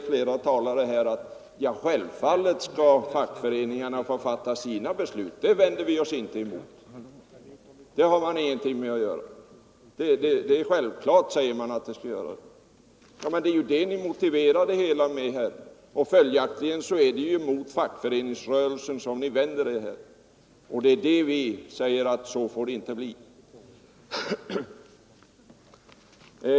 Flera talare har sagt att självfallet skall fackföreningarna få fatta sina beslut, men det är ju detta ni vänder er emot.